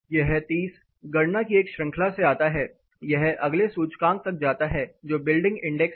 यह 30 गणना की एक श्रृंखला से आता है यह अगले सूचकांक तक जाता है जो बिल्डिंग इंडेक्स है